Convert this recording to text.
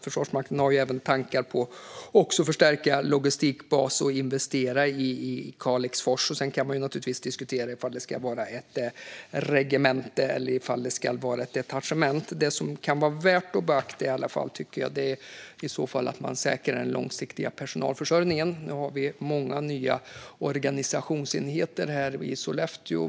Försvarsmakten har alltså tankar på att även förstärka logistikbas och investera i Kalixfors. Sedan kan man naturligtvis diskutera om det ska vara ett regemente eller ett detachement. Det som jag tycker kan vara värt att beakta är att man i så fall säkrar den långsiktiga personalförsörjningen. Nu har vi många nya organisationsenheter i Sollefteå.